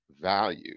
value